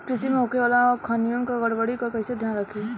कृषि में होखे वाला खामियन या गड़बड़ी पर कइसे ध्यान रखि?